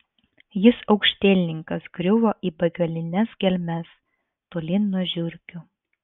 jis aukštielninkas griuvo į begalines gelmes tolyn nuo žiurkių